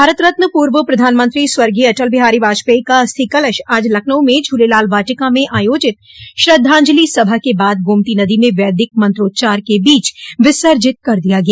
भारत रत्न पूर्व प्रधानमंत्री स्वर्गीय अटल बिहारी वाजपेई का अस्थि कलश आज लखनऊ में झूलेलाल वाटिका में आयोजित श्रद्वाजंलि सभा के बाद गोमती नदी में वैदिक मंत्रोच्चार के बीच विसर्जित कर दिया गया